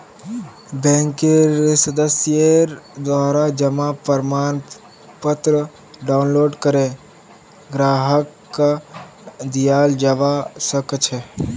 बैंकेर सदस्येर द्वारा जमा प्रमाणपत्र डाउनलोड करे ग्राहकक दियाल जबा सक छह